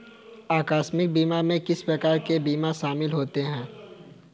आकस्मिक बीमा में किस प्रकार के बीमा शामिल होते हैं?